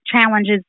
challenges